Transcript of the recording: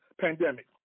pandemic